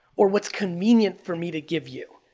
or what's convenient for me to give you.